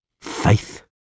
Faith